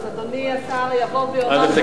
אז אדוני השר יבוא ויאמר: זה כבר בוצע?